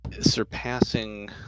surpassing